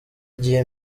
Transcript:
igihe